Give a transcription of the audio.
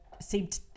seemed